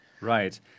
Right